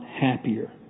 happier